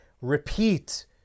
repeat